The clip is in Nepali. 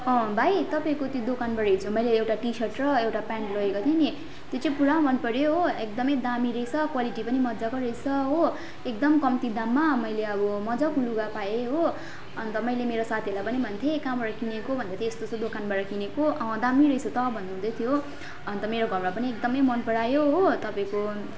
अँ भाइ तपाईँको त्यो दोकानबाट हिजो मैले एउटा टी सर्ट र एउटा पेन्ट लोगेको थिएँ नि त्यो चाहिँ पुरा मन पऱ्यो हो एकदमै दामी रहेछ क्वालिटी पनि मजाको रहेछ हो एकदम कम्ती दाममा मैले अब मजाको लुगा पाएँ हो अन्त मैले मेरो साथीहरूलाई पनि भनेको थिएँ कहाँबाट किनेको भन्दै थियो यस्तो यस्तो दोकानबाट किनेको अँ दामी रहेछ त भन्नु हुँदैथियो हो अन्त मेरो घरमा पनि एकदमै मन परायो हो तपाईँको